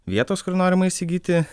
vietos kur norima įsigyti